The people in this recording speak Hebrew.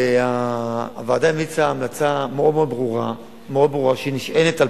הוועדה המליצה המלצה מאוד ברורה, שנשענת על